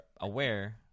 aware